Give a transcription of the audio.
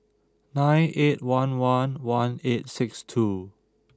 nine eight one one one eight six two